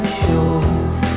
shows